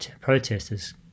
protesters